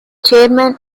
chairman